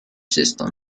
system